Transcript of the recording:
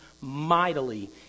mightily